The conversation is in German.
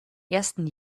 ersten